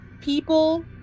people